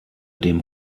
dem